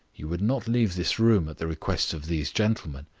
you would not leave this room at the request of these gentlemen.